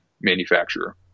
manufacturer